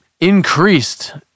increased